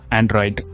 Android